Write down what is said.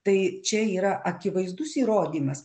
tai čia yra akivaizdus įrodymas